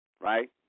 right